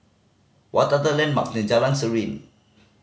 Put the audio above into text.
what are the landmark near Jalan Serene